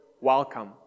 welcome